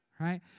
right